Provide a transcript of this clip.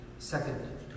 Second